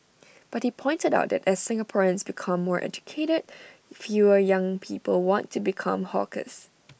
but he pointed out that as Singaporeans become more educated fewer young people want to become hawkers